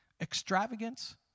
Extravagance